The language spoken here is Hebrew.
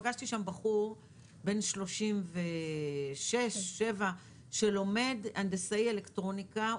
פגשתי שם בחור בן 36-37 שלומד הנדסאי אלקטרוניקה,